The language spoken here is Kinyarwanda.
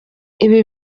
ibi